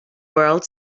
world